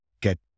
get